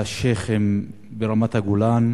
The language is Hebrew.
לשיח'ים ברמת-הגולן,